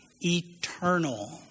eternal